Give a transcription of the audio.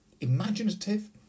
imaginative